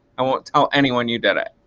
i won't tell anyone you did it.